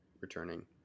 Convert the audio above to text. returning